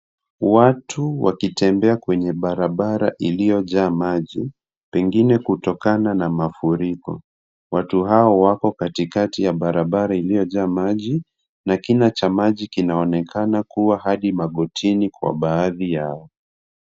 Watu wakitembea kwenye barabara iliyojaa maji, pengine kutokana na mafuriko. Watu hawa wako katikati ya barabara iliyojaa maji na kina cha maji kinaonekana kuwa hadi magotini kwa baadhi yao.